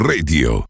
Radio